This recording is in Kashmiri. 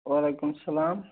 وعلیکُم سلام